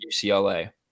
UCLA